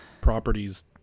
properties